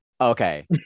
Okay